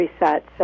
reset